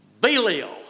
Belial